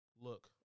look